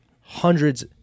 hundreds